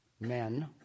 Men